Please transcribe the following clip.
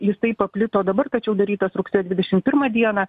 jisai paplito dabar tačiau darytas rugsėjo dvidešim pirmą dieną